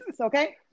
Okay